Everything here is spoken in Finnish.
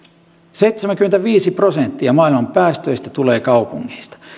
seitsemänkymmentäviisi prosenttia maailman päästöistä tulee kaupungeista